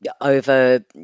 over